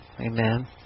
Amen